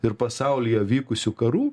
ir pasaulyje vykusių karų